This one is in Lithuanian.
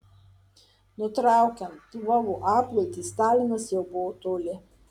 nutraukiant lvovo apgultį stalinas jau buvo toli